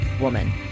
Woman